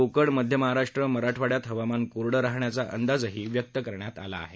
कोकण मध्य महाराष्ट्र मराठवाड्यात हवामान कोरडं राहण्याचा अंदाजही व्यक्त करण्यात आला आहे